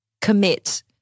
commit